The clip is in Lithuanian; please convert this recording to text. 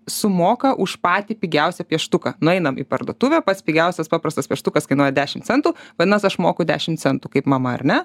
sumoka už patį pigiausią pieštuką nueinam į parduotuvę pats pigiausias paprastas pieštukas kainuoja dešimt centų vadinas aš moku dešimt centų kaip mama ar ne